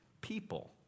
people